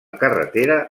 carretera